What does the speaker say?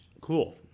cool